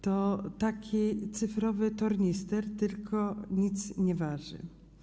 To taki cyfrowy tornister, który nic nie waży.